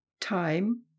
Time